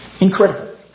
Incredible